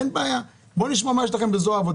אין בעיה, בואו נשמע מה יש לכם בזרוע העבודה.